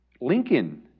Lincoln